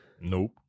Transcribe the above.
Nope